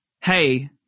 Hey